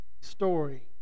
story